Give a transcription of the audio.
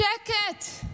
שקט.